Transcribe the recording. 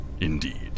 Indeed